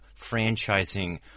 franchising